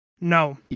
No